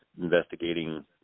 investigating